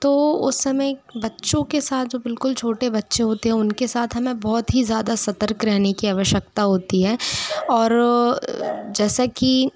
तो उस समय बच्चों के साथ जो बिल्कुल छोटे बच्चे होते हैं उनके साथ हमें बहुत ही ज़्यादा सतर्क रहने की आवश्यकता होती है और जैसा कि